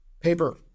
paper